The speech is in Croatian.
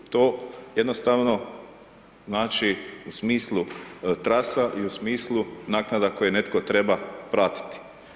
To jednostavni znači u smislu trasa i u smislu naknada koje netko treba pratiti.